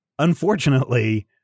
Unfortunately